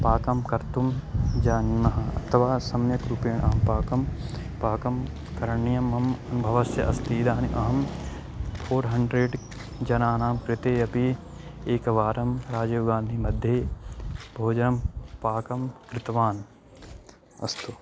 पाकं कर्तुं जानीमः अथवा सम्यक्रूपेण पाकं पाकं करणीयं मम अवश्यम् अस्ति इदानीम् अहं फ़ोर् हण्ड्रेड् जनानां कृते अपि एकवारं राजीवगान्धी मध्ये भोजनं पाकं कृतवान् अस्तु